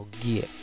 gear